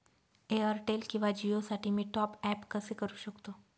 Airtel किंवा जिओसाठी मी टॉप ॲप कसे करु शकतो?